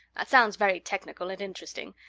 that sounds very technical and interesting.